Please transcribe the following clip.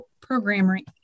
programming